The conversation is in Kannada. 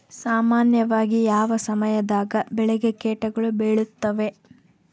ಸಾಮಾನ್ಯವಾಗಿ ಯಾವ ಸಮಯದಾಗ ಬೆಳೆಗೆ ಕೇಟಗಳು ಬೇಳುತ್ತವೆ?